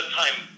time